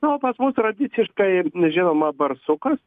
na o pas mus tradiciškai žinoma barsukas